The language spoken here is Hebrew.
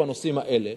בנושאים האלה.